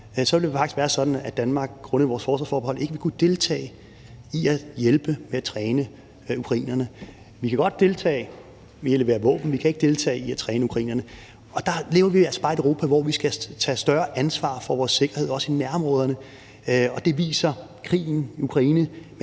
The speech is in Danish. Danmark grundet vores forsvarsforbehold ikke vil kunne deltage i at hjælpe med at træne ukrainerne. Vi kan godt deltage ved at levere våben, men vi kan ikke deltage ved at træne ukrainerne. Og der lever vi altså bare i et Europa, hvor vi skal tage større ansvar for vores sikkerhed, også i nærområderne. Krigen i Ukraine